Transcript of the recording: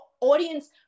audience